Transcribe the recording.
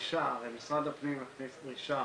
משרד הפנים הכניס דרישה